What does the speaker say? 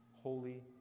holy